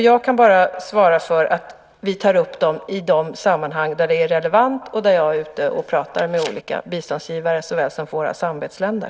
Jag kan bara svara att vi tar upp frågorna i de sammanhang där det är relevant och när jag är ute och talar med olika biståndsgivare såväl som med våra samarbetsländer.